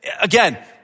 Again